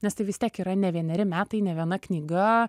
nes tai vis tiek yra ne vieneri metai ne viena knyga